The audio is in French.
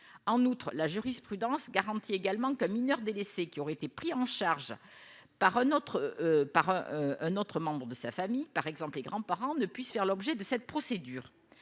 en outre la jurisprudence garantit également que mineure délaissée qui ont été pris en charge par un autre par un autre membre de sa famille par exemple, les grands-parents ne puisse faire l'objet de cette procédure,